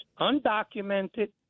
undocumented